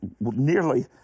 nearly